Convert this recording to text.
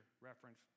reference